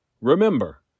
Remember